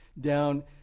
down